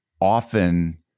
often